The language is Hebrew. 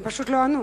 הם פשוט לא ענו?